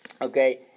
okay